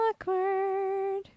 Awkward